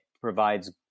provides